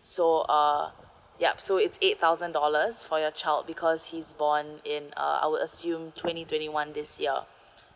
so uh ya so it's eight thousand dollars for your child because he's born in uh I would assume twenty twenty one this year